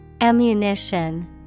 Ammunition